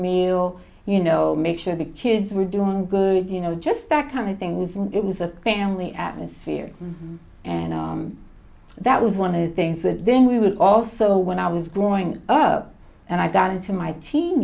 meal you know make sure the kids were doing good you know just that kind of things and it was a family atmosphere and that was one of the things that then we would also when i was growing up and i got into my teen